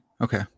Okay